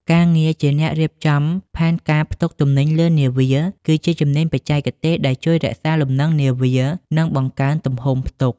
ការងារជាអ្នករៀបចំផែនការផ្ទុកទំនិញលើនាវា គឺជាជំនាញបច្ចេកទេសដែលជួយរក្សាលំនឹងនាវា និងបង្កើនទំហំផ្ទុក។